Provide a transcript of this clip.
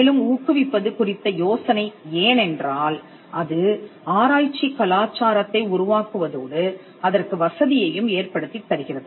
மேலும் ஊக்குவிப்பது குறித்த யோசனை ஏனென்றால் அது ஆராய்ச்சிக் கலாச்சாரத்தை உருவாக்குவதோடு அதற்கு வசதியையும் ஏற்படுத்தித் தருகிறது